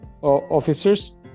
officers